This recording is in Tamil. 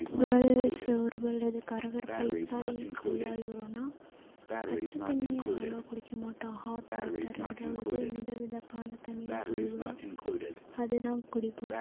குரல் சோர்வு அல்லது கரகரப்பை எப்படி கையாளணும்னா பச்சை தண்ணியை அவ்ளோவாக குடிக்க மாட்டோம் ஹாட் வாட்டர் அதாவது மித வெதுப்பான தண்ணினு சொல்வோம்ல அதுதான் குடிப்போம்